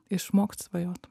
išmokt svajot